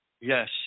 Yes